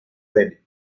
pene